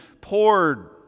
poured